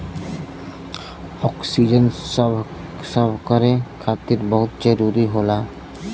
oxygen सभकरे खातिर बहुते जरूरी होला